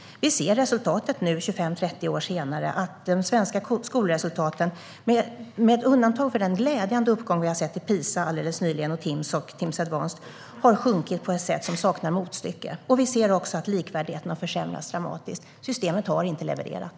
Nu, 25-30 senare, ser vi att de svenska skolresultaten har sjunkit på ett sätt som saknar motstycke, med undantag för den glädjande uppgång som vi såg i PISA, i Timss och Timss Advanced alldeles nyligen. Vi ser också att likvärdigheten har försämrats dramatiskt. Systemet har inte levererat.